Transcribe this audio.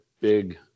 big